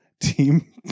team